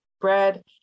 bread